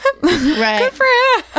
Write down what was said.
Right